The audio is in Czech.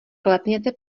klepněte